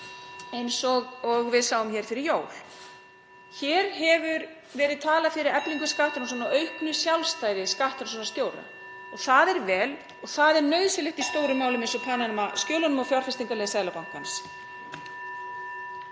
eins og við sáum hér fyrir jól. Hér hefur verið talað fyrir eflingu skattrannsókna og auknu sjálfstæði skattrannsóknarstjóra. Það er vel og það er nauðsynlegt í stóru málum eins og Panama-skjölunum og fjárfestingarleið Seðlabankans.